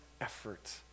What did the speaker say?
effort